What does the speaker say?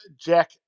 Jack